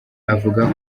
avuga